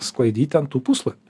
sklaidyt ten tų puslapių